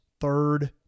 Third